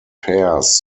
pairs